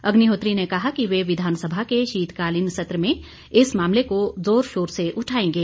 अग्निहोत्री ने कहा कि वह विधानसभा के शीतकालीन सत्र में इस मामले को जोरशोर से उठाएंगे